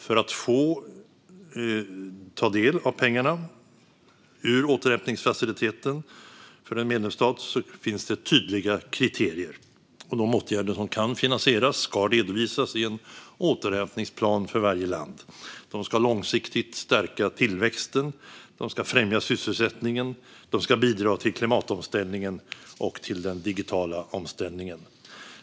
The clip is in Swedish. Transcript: För att en medlemsstat ska få ta del av pengarna ur återhämtningsfaciliteten finns tydliga kriterier. De åtgärder som kan finansieras ska redovisas i en återhämtningsplan för varje land. De ska långsiktigt stärka tillväxten. De ska främja sysselsättningen. De ska bidra till klimatomställningen och till den digitala omställningen.